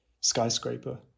skyscraper